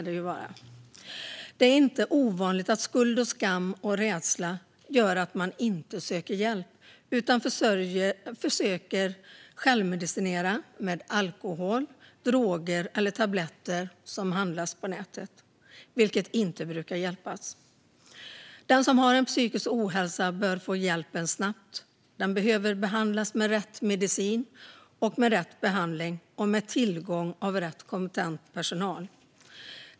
Det är inte ovanligt att skuld, skam och rädsla gör att man inte söker hjälp utan försöker självmedicinera med alkohol, droger eller tabletter som handlas på nätet, vilket inte brukar hjälpa. Den som lider av psykisk ohälsa bör få hjälp snabbt, behöver behandlas med rätt medicin och få rätt behandling av rätt och kompetent personal.